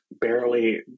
barely